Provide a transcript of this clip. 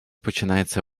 починається